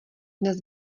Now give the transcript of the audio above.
dnes